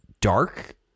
dark